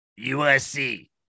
USC